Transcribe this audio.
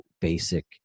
basic